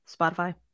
Spotify